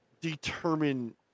determine